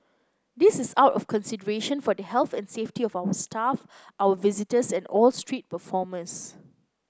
this is out of consideration for the health and safety of our staff our visitors and all street performers